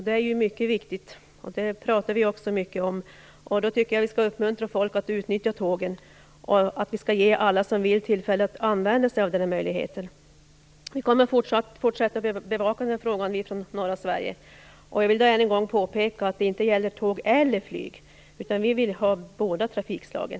Det är mycket viktigt. Det talar vi också mycket om. Då tycker att vi skall uppmuntra människor att nyttja tågen och ge alla som vill tillfälle att använda sig av denna möjlighet. Vi från norra Sverige kommer att fortsätta att bevaka den här frågan. Jag vill än en gång påpeka att det inte gäller tåg eller flyg, utan vi vill ha båda trafikslagen.